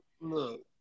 Look